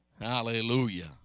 Hallelujah